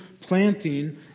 planting